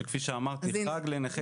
שכפי שאמרתי הוא חג לנכי צה"ל --- הנה,